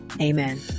amen